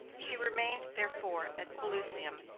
she remained, therefore, at pelusium,